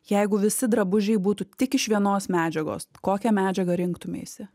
jeigu visi drabužiai būtų tik iš vienos medžiagos kokią medžiagą rinktumeisi